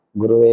guru